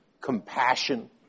compassion